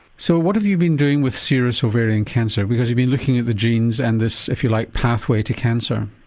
so what have you been doing with serous ovarian cancer because you've been looking at the genes and this if you like pathway to cancer?